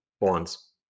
bonds